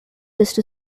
just